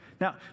Now